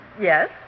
yes